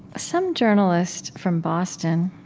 some journalist from boston